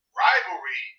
rivalry